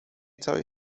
całej